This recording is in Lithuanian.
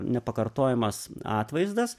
nepakartojamas atvaizdas